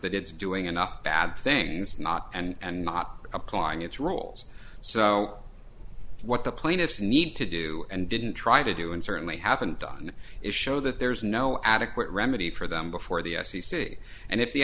that it's doing enough bad things not and not applying its rules so what the plaintiffs need to do and didn't try to do and certainly haven't done is show that there's no adequate remedy for them before the f c c and if the